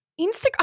Instagram